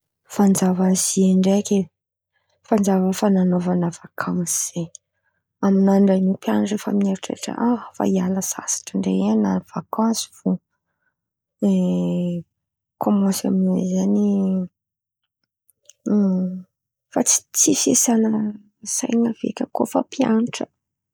Fanjava ny Zie ndraiky zen̈y, fanjava fan̈anaovan̈a vakansy zen̈y. Amy andran̈'io kà efa mieritreritra ha efa hiala sasatra ndray e han̈ano vakansy fo. De kômansy aminio amy izay zen̈y efa tsisy tsisy iasan̈a sain̈a feky kô fa mpian̈atra.